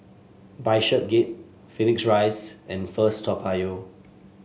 Bishopsgate Phoenix Rise and First Toa Payoh